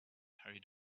hurried